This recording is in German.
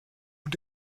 und